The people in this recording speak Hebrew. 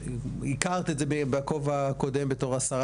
הכרת את זה בכובע הקודם בתור השרה